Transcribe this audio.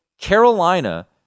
Carolina